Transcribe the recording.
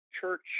Church